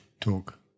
talk